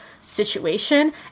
situation